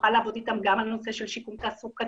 שנוכל לעבוד איתם גם על הנושא של שיקום תעסוקתי,